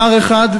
שר אחד,